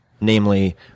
namely